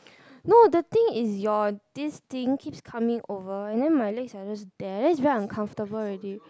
no the thing is your this thing keeps coming over then my legs are just there then is very uncomfortable already